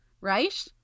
right